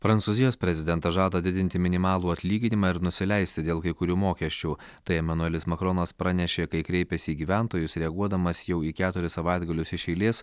prancūzijos prezidentas žada didinti minimalų atlyginimą ir nusileisti dėl kai kurių mokesčių tai emanuelis makronas pranešė kai kreipėsi į gyventojus reaguodamas jau į keturis savaitgalius iš eilės